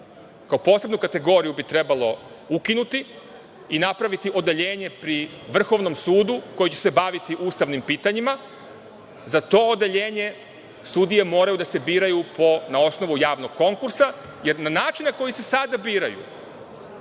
kao posebnu kategoriju bi trebalo ukinuti i napraviti odeljenje pri Vrhovnom sudu koje će se baviti ustavnim pitanjima. Za to odeljenje sudije moraju da se biraju na osnovu javnog konkursa jer na način na koji se sada biraju,